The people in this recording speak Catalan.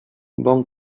bon